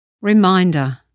Reminder